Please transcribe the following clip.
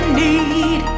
need